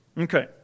Okay